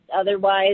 otherwise